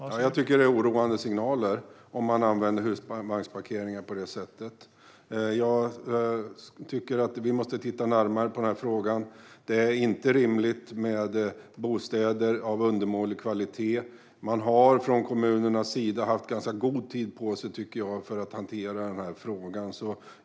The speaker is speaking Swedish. Herr talman! Jag tycker att det är oroande signaler om man använder husvagnsparkeringar på det sättet. Jag tycker att vi måste titta närmare på frågan. Det är inte rimligt med bostäder av undermålig kvalitet. Man har från kommunernas sida haft ganska god tid på sig för att hantera frågan, tycker jag.